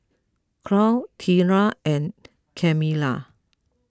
Claud Treena and Camilla